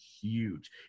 huge